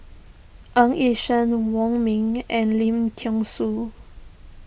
Ng Yi Sheng Wong Ming and Lim thean Soo